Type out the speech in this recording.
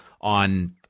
on